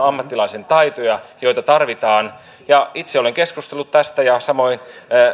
ammattilaisen taitoja joita tarvitaan itse olen keskustellut tästä ja samoin